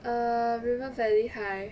err river valley high